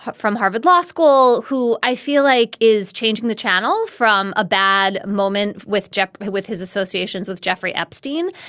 but from harvard law school, who i feel like is changing the channel from a bad moment with jep, with his associations with jeffrey epstein,